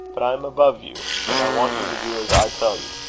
but i am above you and i want you to do as i tell you.